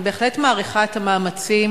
אני בהחלט מעריכה את המאמצים,